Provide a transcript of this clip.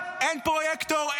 אין פרויקטור,